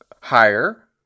Higher